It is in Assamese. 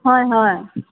হয় হয়